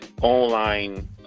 online